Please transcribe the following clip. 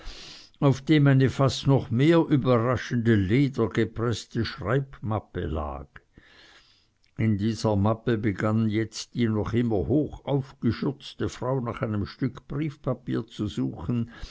auf dem eine fast noch mehr überraschende ledergepreßte schreibmappe lag in dieser mappe begann jetzt die noch immer hochaufgeschürzte frau nach einem stück briefpapier zu suchen